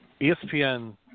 ESPN